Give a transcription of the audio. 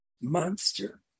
monster